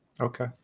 okay